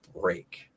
break